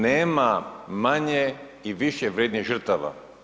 Nema manje i više vrjednijih žrtava.